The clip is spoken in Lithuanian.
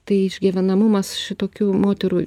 tai išgyvenamumas šitokių moterų